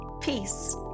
Peace